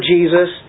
Jesus